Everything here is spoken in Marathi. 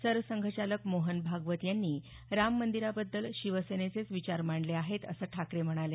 सरसंघचालक मोहन भागवत यांनी राम मंदिराबद्दल शिवसेनेचेच विचार मांडले आहेत असं ठाकरे म्हणाले